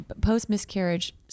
post-miscarriage